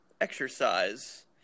exercise